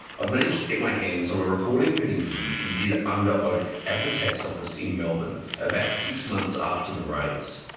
i've managed to get my hands on a recording of an interview he did under oath at the tax office in melbourne, about six months after the raids.